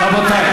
בטח,